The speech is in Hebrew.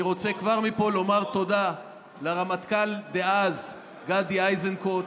אני רוצה כבר מפה לומר תודה לרמטכ"ל דאז גדי איזנקוט,